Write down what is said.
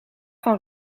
van